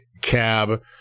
cab